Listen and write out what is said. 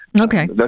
Okay